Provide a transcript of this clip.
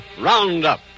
Roundup